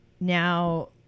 Now